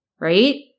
right